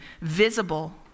visible